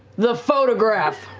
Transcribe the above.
the photograph.